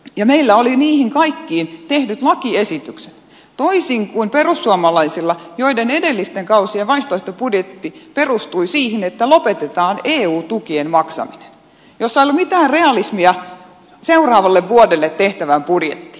ja meillä oli niihin kaikkiin tehdyt lakiesitykset toisin kuin perussuomalaisilla joiden edellisten kausien vaihtoehtobudjetti perustui siihen että lopetetaan eu tukien maksaminen missä ei ollut mitään realismia seuraavalle vuodelle tehtävään budjettiin